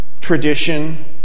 tradition